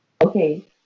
Okay